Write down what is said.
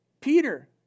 Peter